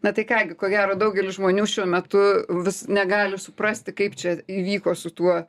na tai ką gi ko gero daugelis žmonių šiuo metu vis negali suprasti kaip čia įvyko su tuo